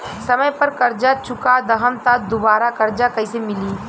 समय पर कर्जा चुका दहम त दुबाराकर्जा कइसे मिली?